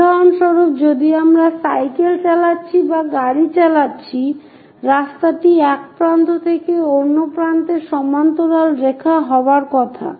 উদাহরণস্বরূপ যদি আমরা সাইকেল চালাচ্ছি বা গাড়ি চালাচ্ছি রাস্তাটি এক প্রান্ত থেকে অন্য প্রান্তে সমান্তরাল রেখা হওয়ার কথা